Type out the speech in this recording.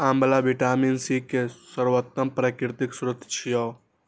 आंवला vitamin C के सर्वोत्तम प्राकृतिक स्रोत छियै